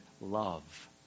love